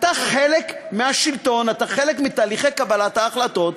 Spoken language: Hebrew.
אתה חלק מהשלטון, אתה חלק מתהליכי קבלת ההחלטות,